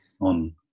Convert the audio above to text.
on